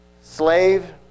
slave